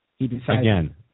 Again